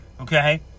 Okay